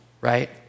right